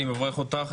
אני מברך אותך,